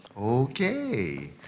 Okay